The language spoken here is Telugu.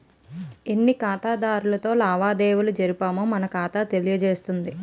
ఎన్ని ఖాతాదారులతో లావాదేవీలు జరిపామో మన ఖాతా తెలియజేస్తుంది